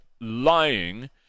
lying